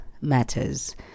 matters